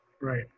Right